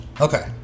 Okay